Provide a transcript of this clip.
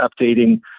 updating